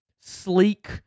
sleek